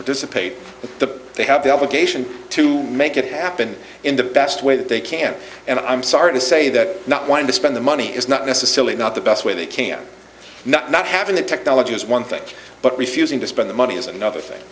participate in the they have the obligation to make it happen in the best way that they can and i'm sorry to say that not wanting to spend the money is not necessarily not the best way they can know not having the technology is one thing but refusing to spend the money is another thing